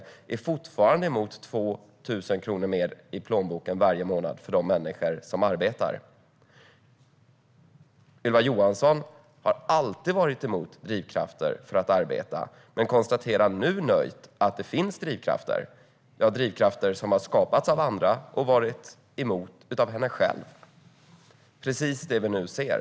De är fortfarande emot 2 000 kronor mer i plånboken varje månad för de människor som arbetar. Ylva Johansson har alltid varit emot drivkrafter för att arbeta men konstaterar nu nöjt att det finns drivkrafter. Ja, det är drivkrafter som har skapats av andra - hon själv har varit emot dem. Det är precis det vi nu ser.